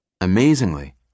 Amazingly